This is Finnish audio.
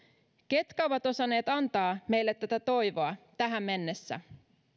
ketkä ovat osanneet antaa meille tätä toivoa tähän mennessä